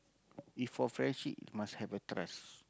if for friendship must have the trust